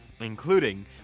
including